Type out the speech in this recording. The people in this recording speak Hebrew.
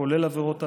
כולל עבירות אלימות,